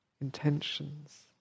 intentions